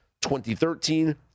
2013